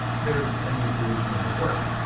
there's a new solution in the works.